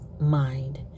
mind